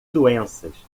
doenças